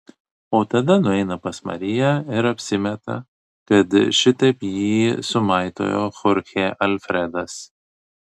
o tada nueina pas mariją ir apsimeta kad šitaip jį sumaitojo chorchė alfredas